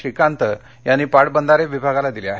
श्रीकांत यांनी पाटबंधारे विभागाला दिले आहेत